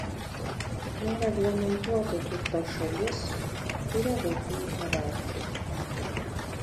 nereglamentuoto turto šalis kuria vagių hierarchiją